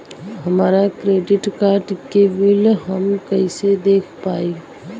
हमरा credit card के bill हम कइसे देख पाएम?